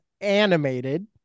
animated